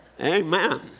amen